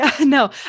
no